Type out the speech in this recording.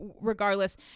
regardless